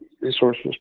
resources